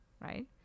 right